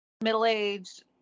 middle-aged